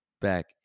back